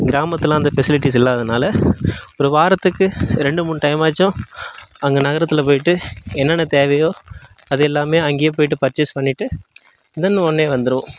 கிராமத்தில் அந்த ஃபெசிலிட்டிஸ் இல்லாததனல ஒரு வாரத்துக்கு ரெண்டு மூணு டைம் ஆச்சும் அங்கே நகரத்தில் போய்ட்டு என்னென்ன தேவையோ அதெல்லாமே அங்கேயே போய்ட்டு பர்ச்சேஸ் பண்ணிட்டு தென் உடனே வந்திருவோம்